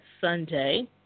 Sunday